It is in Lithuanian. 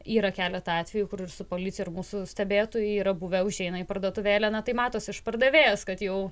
yra keletą atvejų ir su policija ir mūsų stebėtojai yra buvę užeina į parduotuvėlę na tai matosi iš pardavėjos kad jau